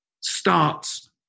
starts